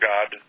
God